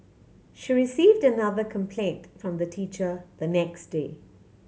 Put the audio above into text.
she received another complaint from the teacher the next day